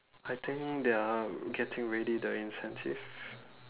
I think they are getting ready the incentive